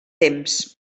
temps